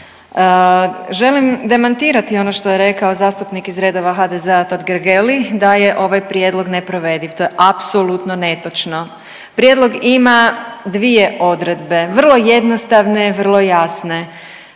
Želim demantirati ono što je rekao zastupnik iz redova HDZ-a Totgergeli da je ovaj prijedlog neprovediv, to je apsolutno netočno. Prijedlog ima dvije odredbe. Vrlo jednostavne, vrlo jasne.